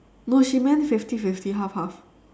no she meant fifty fifty half half